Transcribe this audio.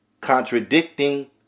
Contradicting